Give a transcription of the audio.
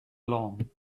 long